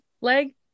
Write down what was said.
leg